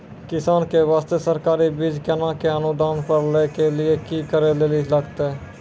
किसान के बास्ते सरकारी बीज केना कऽ अनुदान पर लै के लिए की करै लेली लागतै?